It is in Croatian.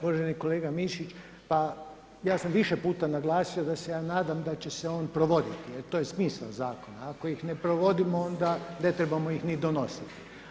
Uvaženi kolega Mišić, pa ja sam više puta naglasio da se ja nadam da će se on provoditi jer to je smisao zakona jer ako ih ne provodimo onda ne trebamo ih ni donositi.